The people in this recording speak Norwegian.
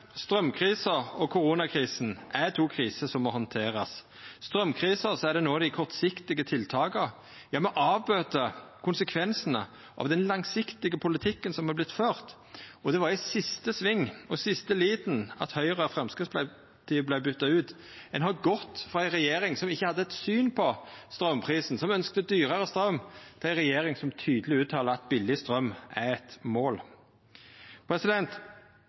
Straumkrisa og koronakrisa er to kriser som må handterast. I straumkrisa er det no dei kortsiktige tiltaka. Me avbøter konsekvensane av den langsiktige politikken som har vore ført, og det var i siste sving og i siste liten at Høgre og Framstegspartiet vart bytte ut. Ein har gått frå ei regjering som ikkje hadde eit syn på straumprisen, som ønskte dyrare straum, til ei regjering som tydeleg uttalar at billig straum er eit mål.